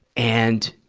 and,